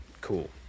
cool